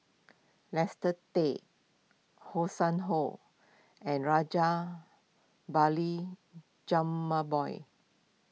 Tay Hanson Ho and Rajabali Jumabhoy